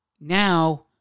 now